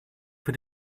für